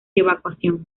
evacuación